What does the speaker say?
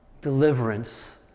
deliverance